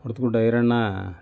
Kodadagudda Iranna